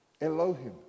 Elohim